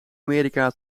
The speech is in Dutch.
amerika